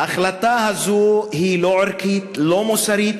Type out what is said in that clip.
ההחלטה הזו היא לא ערכית, לא מוסרית,